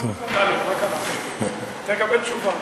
תקבל תשובה.